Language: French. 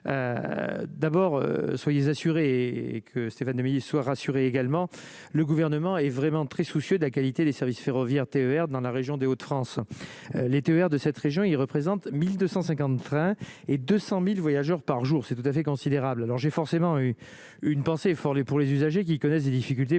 d'abord, soyez assuré et que Stéphane Demilly soient rassurés, également, le gouvernement est vraiment très soucieux de la qualité des services ferroviaires TER dans la région des Hauts-de-France, les TER de cette région, il représente 1250 francs et 200000 voyageurs par jour, c'est tout à fait considérable, alors j'ai forcément eu une pensée pour les, pour les usagers qui connaissent des difficultés pour aller